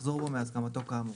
לחזור בו מהסכמתו כאמור.